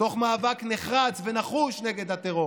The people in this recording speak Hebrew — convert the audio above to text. תוך מאבק נחרץ ונחוש נגד הטרור.